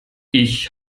ich